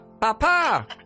Papa